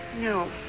No